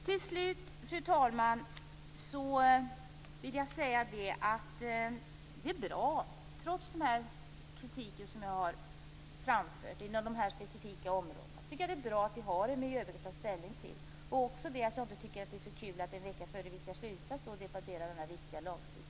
Till slut, fru talman, vill jag säga att det, trots den kritik som jag inom några specifika områden har framfört, är bra att vi har en miljöbalk att ta ställning till. Men det är inte så kul att en vecka före riksmötets avslutning debattera en så viktig lagstiftning.